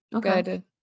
good